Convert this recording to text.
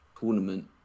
tournament